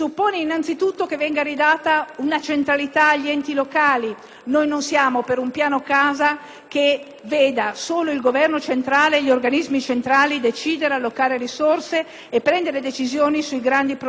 che veda solo il Governo e gli organismi centrali decidere, allocare risorse e prendere decisioni sui grandi progetti di sviluppo abitativo. Vogliamo un coinvolgimento serio